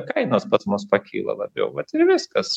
kainos pas mus pakyla labiau vat ir viskas